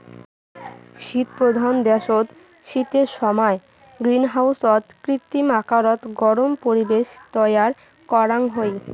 শীতপ্রধান দ্যাশত শীতের সমায় গ্রীনহাউসত কৃত্রিম আকারত গরম পরিবেশ তৈয়ার করাং হই